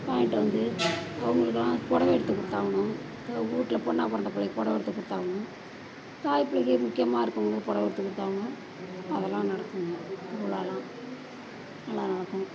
வாங்கிட்டு வந்து பொண்ணுங்களுக்கெலாம் புடவ எடுத்து கொடுத்தாகணும் வீட்டில் பொண்ணாக பிறந்த பிள்ளைக்கு பொடவை எடுத்து கொடுத்தாகணும் தாய் பிள்ளைக்கு முக்கியமாக இருக்கிறவங்களுக்கு பொடவை எடுத்து கொடுத்தாகணும் அதெல்லாம் நடக்கும் திருவிழாலாம் நல்லா நடக்கும்